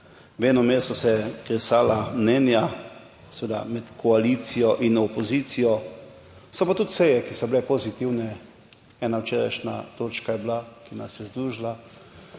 Venomer so se kresala mnenja, seveda med koalicijo in opozicijo, so pa tudi seje, ki so bile pozitivne. Ena včerajšnja točka je bila, ki nas je združila